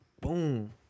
boom